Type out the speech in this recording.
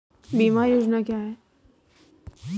बीमा योजना क्या है?